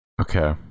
Okay